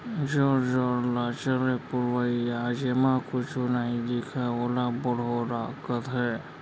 जोर जोर ल चले पुरवाई जेमा कुछु नइ दिखय ओला बड़ोरा कथें